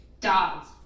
dogs